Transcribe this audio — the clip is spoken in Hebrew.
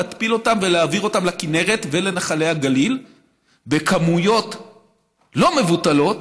להתפיל אותם ולהעביר אותם לכינרת ולנחלי הגליל בכמויות לא מבוטלות,